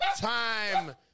time